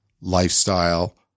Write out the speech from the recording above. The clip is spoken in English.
lifestyle